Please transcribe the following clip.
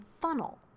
funnel